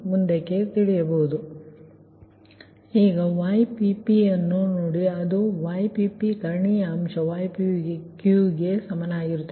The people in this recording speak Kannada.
ಒಬ್ಬರು ಏನು ಮಾಡಬಹುದು ಎಂದರೆ ಈ Ypp ಅನ್ನು ನೋಡಿ ಅದು Ypp ಕರ್ಣೀಯ ಅಂಶ ypq ಗೆ ಸಮಾನವಾಗಿರುತ್ತದೆ